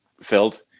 filled